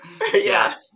yes